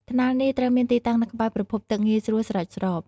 ថ្នាលនេះត្រូវមានទីតាំងនៅក្បែរប្រភពទឹកងាយស្រួលស្រោចស្រព។